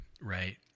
right